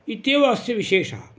इत्येव अस्य विशेषः